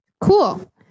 cool